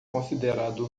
considerado